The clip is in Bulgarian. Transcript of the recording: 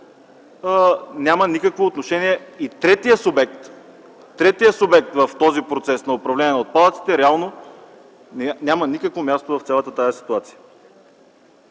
няма никакво отношение. Третият субект в процеса на управление на отпадъците реално няма никакво място в тази ситуация.